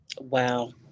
wow